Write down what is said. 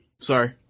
Sorry